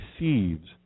receives